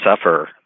suffer